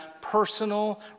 personal